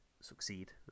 succeed